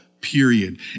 period